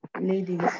ladies